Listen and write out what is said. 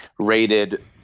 rated